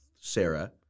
Sarah